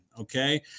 okay